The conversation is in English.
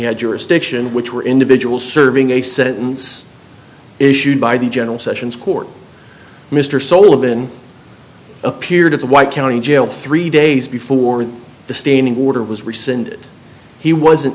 had jurisdiction which were individual serving a sentence issued by the general sessions court mr sullivan appeared at the white county jail three days before the standing order was rescinded he wasn't